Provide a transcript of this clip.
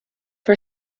for